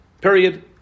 Period